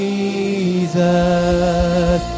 Jesus